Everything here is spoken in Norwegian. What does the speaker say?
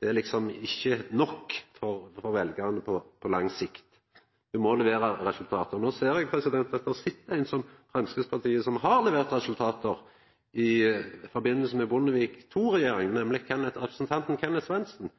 liksom ikkje nok for veljarane på lang sikt. Ein må levera resultat. No ser eg at det sit ein her frå Framstegspartiet som har levert resultat – under Bondevik II-regjeringa – nemleg representanten Kenneth Svendsen.